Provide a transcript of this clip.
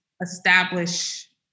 establish